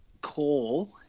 call